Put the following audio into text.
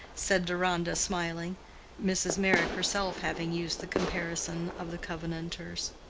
said deronda, smiling mrs. meyrick herself having used the comparison of the covenanters.